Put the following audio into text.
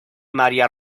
maría